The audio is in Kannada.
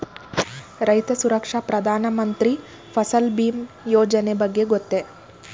ರೈತ ಸುರಕ್ಷಾ ಪ್ರಧಾನ ಮಂತ್ರಿ ಫಸಲ್ ಭೀಮ ಯೋಜನೆಯ ಬಗ್ಗೆ ಗೊತ್ತೇ?